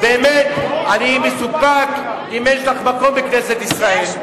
באמת אני מסופק אם יש לך מקום בכנסת ישראל.